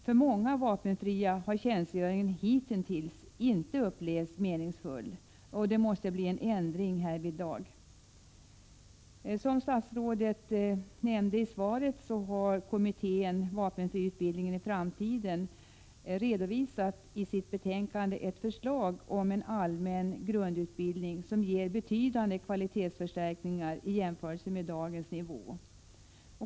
För många vapenfria har tjänstgöringen hitintills inte upplevts som meningsfull. Det måste bli en ändring härvidlag. Som statsrådet nämnde i svaret har kommittén vapenfriutbildningen i framtiden i sitt betänkande redovisat ett förslag om en allmän grundutbildning, som ger betydande kvalitetsförstärkningar i jämförelse med dagens nivå.